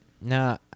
no